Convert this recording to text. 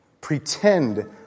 pretend